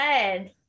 Good